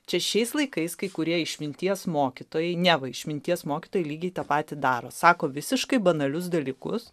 čia šiais laikais kai kurie išminties mokytojai neva išminties mokytojai lygiai tą patį daro sako visiškai banalius dalykus